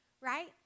right